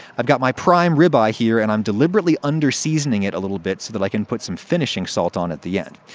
i've got my prime ribeye here and i'm deliberately under-seasoning it a little bit so that i can put some finishing salt on it at the end.